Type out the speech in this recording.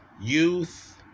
youth